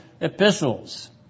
epistles